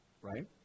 right